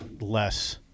less